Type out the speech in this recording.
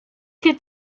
could